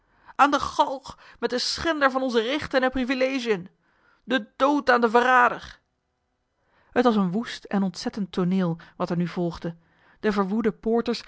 aan de galg met den schender van onze rechten en privilegiën den dood aan den verrader t was een woest en ontzettend tooneel wat er nu volgde de verwoede poorters